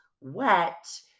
wet